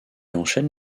enchaîne